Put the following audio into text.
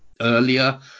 earlier